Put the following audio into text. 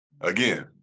Again